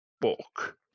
book